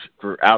throughout